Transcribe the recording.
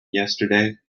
yesterday